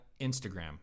Instagram